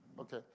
Okay